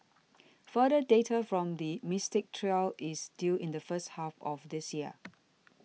further data from the Mystic trial is due in the first half of this year